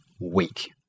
weak